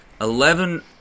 Eleven